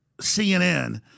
CNN